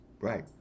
Right